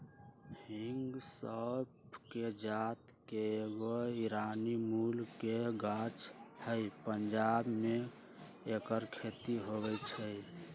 हिंग सौफ़ कें जात के एगो ईरानी मूल के गाछ हइ पंजाब में ऐकर खेती होई छै